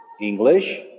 English